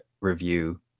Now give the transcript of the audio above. review